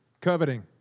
Coveting